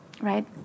right